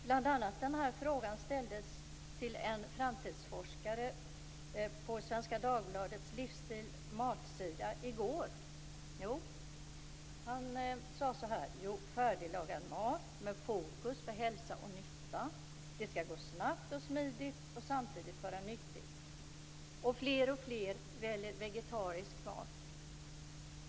Bl.a. denna fråga ställdes till en framtidsforskare på Svenska Dagbladets livsstil/matsida i går. Han sade: Färdiglagad mat med fokus på hälsa och nytta. Det skall gå snabbt och smidigt men samtidigt vara nyttigt. Fler och fler väljer vegetarisk mat.